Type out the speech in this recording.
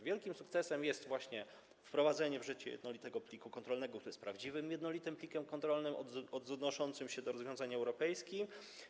Wielkim sukcesem jest właśnie wprowadzenie w życie jednolitego pliku kontrolnego, który jest prawdziwym jednolitym plikiem kontrolnym, odnoszącym się do rozwiązań europejskich.